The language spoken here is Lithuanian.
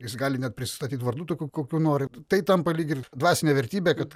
jis gali net prisistatyti vardu tokiu kokiu nori tai tampa lyg ir dvasinė vertybė kad